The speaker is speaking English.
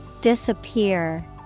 Disappear